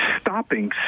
stopping